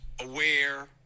aware